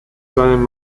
seinen